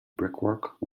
brickwork